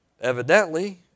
Evidently